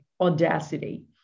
audacity